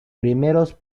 primeros